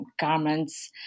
garments